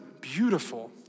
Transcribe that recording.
beautiful